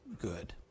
good